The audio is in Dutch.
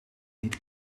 niet